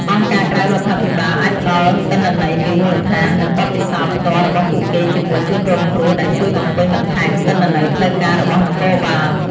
អង្គការក្រៅរដ្ឋាភិបាលអាចផ្ដល់ទិន្នន័យពីមូលដ្ឋាន និងបទពិសោធន៍ផ្ទាល់របស់ពួកគេជាមួយជនរងគ្រោះ ដែលជួយបំពេញបន្ថែមទិន្នន័យផ្លូវការរបស់នគរបាល។